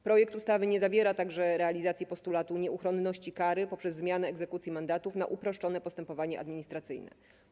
Projekt ustawy nie zawiera także realizacji postulatu nieuchronności kary przez zmianę egzekucji mandatów na uproszczone postępowanie administracyjne.